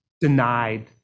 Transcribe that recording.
denied